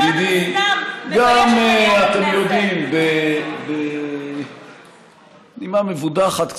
ידידי, גם, אתם יודעים, בנימה מבודחת קצת,